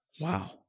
Wow